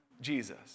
Jesus